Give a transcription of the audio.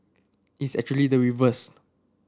it's actually the reverse